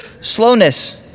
slowness